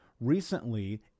Recently